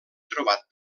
trobat